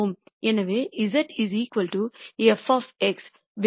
எனவே z f ஒரு variable என்று சொல்லலாம்